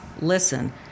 listen